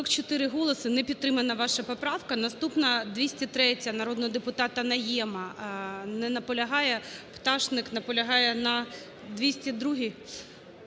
44 голоси, не підтримана ваша поправка. Наступна – 203-я народного депутата Найєма. Не наполягає. Пташник наполягає на 202-й.